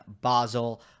Basel